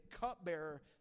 cupbearer